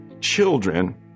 children